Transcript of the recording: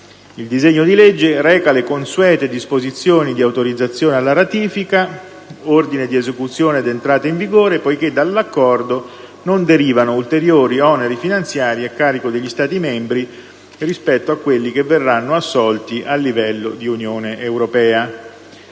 Il disegno di legge reca le consuete disposizioni di autorizzazione alla ratifica, ordine di esecuzione ed entrata in vigore, poiché dall'Accordo non derivano ulteriori oneri finanziari a carico degli Stati membri rispetto a quelli che verranno assolti a livello di Unione europea.